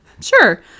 Sure